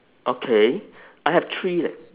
okay I have three leh